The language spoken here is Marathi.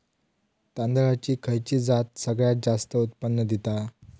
तांदळाची खयची जात सगळयात जास्त उत्पन्न दिता?